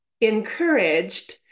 encouraged